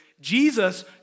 Jesus